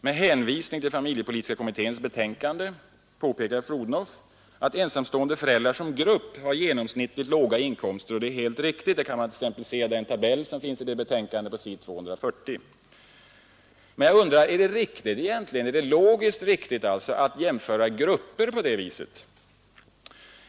Med hänvisning till familjepolitiska kommitténs betänkande påpekar fru Odhnoff att ensamstående föräldrar som grupp har genomsnittligt låga inkomster. Det är helt riktigt och det kan man se i den tabell som finns på s. 240 i detta betänkande. Men jag undrar: Är det logiskt riktigt att jämföra grupper på det viset?